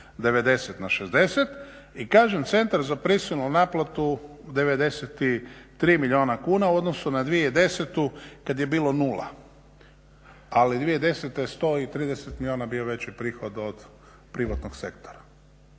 90 na 60 i kažem centar za prisilnu naplatu 93 milijuna kuna u odnosu na 2010.kada je bilo nula, ali 2010. 130 milijuna je bio veći prihod od privatnog sektora,